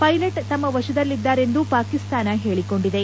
pilot ತಮ್ನ ವಶದಲ್ಲಿದ್ದಾರೆಂದು ಪಾಕಿಸ್ತಾನ ಹೇಳಿಕೊಂಡಿದೆ